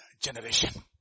generation